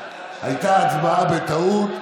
הייתה הצבעה בטעות.